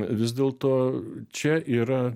vis dėlto čia yra